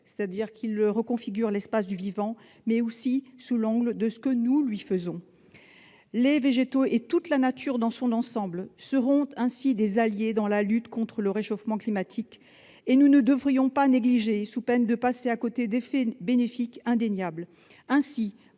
nous, en reconfigurant l'espace du vivant, mais aussi de ce que nous lui faisons. Les végétaux et la nature dans son ensemble seront alors des alliés dans la lutte contre le réchauffement climatique. Nous ne devons pas les négliger, sous peine de passer à côté d'effets bénéfiques indéniables. Ainsi,